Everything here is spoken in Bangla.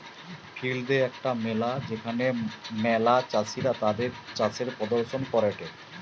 ফিল্ড দে একটা মেলা যেখানে ম্যালা চাষীরা তাদির চাষের প্রদর্শন করেটে